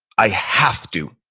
i have to.